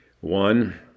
one